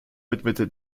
widmete